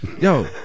yo